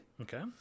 Okay